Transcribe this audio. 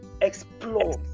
explore